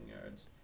yards